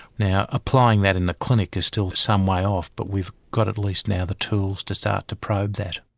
now applying that in the clinic is still some way off but we've got at least now the tools to start to probe that.